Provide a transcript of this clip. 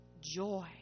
joy